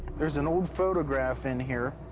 there's an old photograph in here.